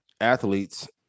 athletes